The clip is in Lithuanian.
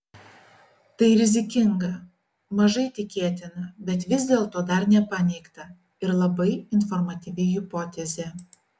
tai rizikinga mažai tikėtina bet vis dėlto dar nepaneigta ir labai informatyvi hipotezė